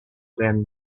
clan